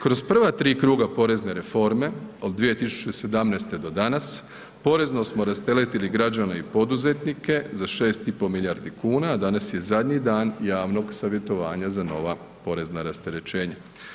Kroz prva tri kruga porezne reforme od 2017. do danas porezno smo rasteretili građane i poduzetnike za 6,5 milijardi kuna, a danas je zadnji dan javnog savjetovanja za nova porezna rasterećenja.